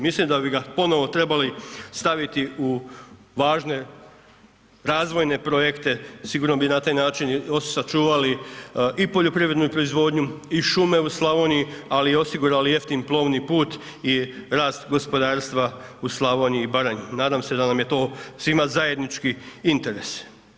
Mislim da bi ga ponovno trebali staviti u važne razvojne projekte, sigurno bi na taj način sačuvali i poljoprivrednu proizvodnju, i šume u Slavoniji, ali i osigurali jeftin plovni put i rast gospodarstva u Slavoniji i Baranji, nadam se da nam je to svima zajednički interes.